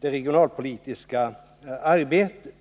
det regionalpolitiska arbetet.